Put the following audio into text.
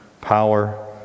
power